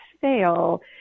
fail